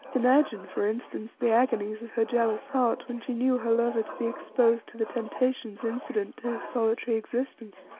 imagine, for instance, the agonies of her jealous heart when she knew her lover to be exposed to the temptations incident to his solitary existence,